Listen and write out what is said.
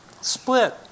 split